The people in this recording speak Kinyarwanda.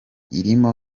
irimo